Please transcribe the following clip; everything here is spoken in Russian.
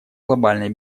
глобальной